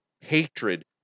hatred